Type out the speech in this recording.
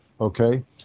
okay